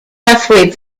halfway